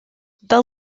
this